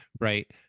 right